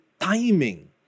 timing